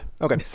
Okay